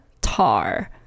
Tar